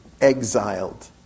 exiled